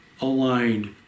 aligned